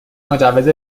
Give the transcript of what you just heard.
مجوز